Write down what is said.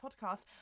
podcast